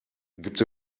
gibt